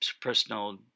personal